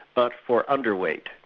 but for underweight.